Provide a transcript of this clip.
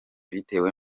bitewe